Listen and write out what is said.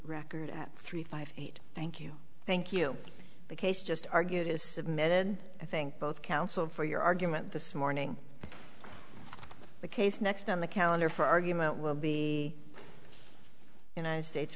record at three five eight thank you thank you the case just argued is submitted i think both counsel for your argument this morning the case next on the calendar for argument will be united states